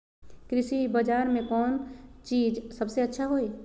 कृषि बजार में कौन चीज सबसे अच्छा होई?